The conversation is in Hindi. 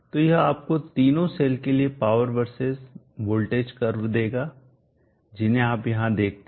तो यह आपको तीनों सेल के लिए पावर वर्सेस वोल्टेज कर्व देगा जिन्हें आप यहां देखते हैं